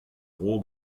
vro